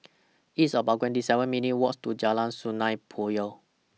It's about twenty seven minutes' Walk to Jalan Sungei Poyan